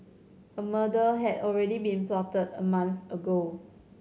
a murder had already been plotted a month ago